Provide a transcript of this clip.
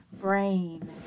brain